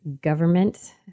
government